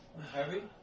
Heavy